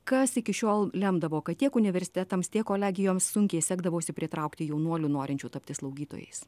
kas iki šiol lemdavo kad tiek universitetams tiek kolegijoms sunkiai sekdavosi pritraukti jaunuolių norinčių tapti slaugytojais